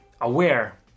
aware